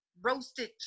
Roasted